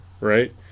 right